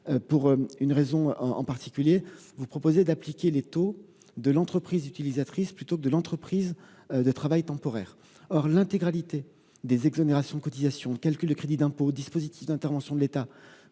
n° 90 rectifié proposent d'appliquer les taux de l'entreprise utilisatrice plutôt que ceux de l'entreprise de travail temporaire. Or l'intégralité des exonérations de cotisations- calcul de crédit d'impôt, dispositif d'intervention de l'État,